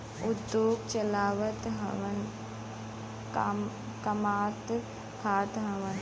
उद्योग चलावत हउवन कमात खात हउवन